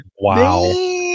Wow